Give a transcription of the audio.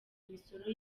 imisoro